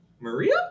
maria